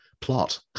plot